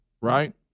right